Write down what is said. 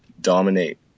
dominate